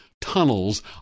tunnels